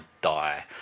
die